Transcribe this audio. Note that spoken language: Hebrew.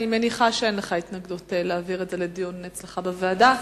אני מניחה שאין לך התנגדות להעביר את זה לדיון אצלך בוועדה.